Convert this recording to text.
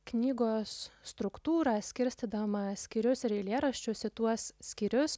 knygos struktūrą skirstydama skyrius ir eilėraščius į tuos skyrius